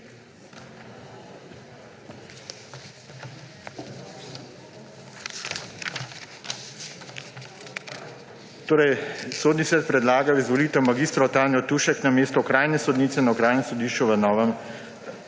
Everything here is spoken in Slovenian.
HORVAT: Sodni svet predlaga v izvolitev mag. Tanjo Tušek na mesto okrajne sodnice na Okrajnem sodišču v Novem mestu.